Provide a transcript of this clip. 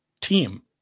team